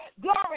Glory